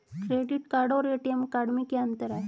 Credit card और ATM card में क्या अंतर है?